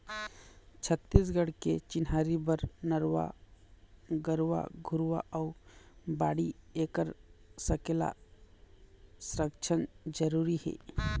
छत्तीसगढ़ के चिन्हारी बर नरूवा, गरूवा, घुरूवा अउ बाड़ी ऐखर सकेला, संरक्छन जरुरी हे